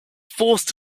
forced